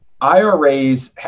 IRAs